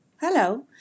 Hello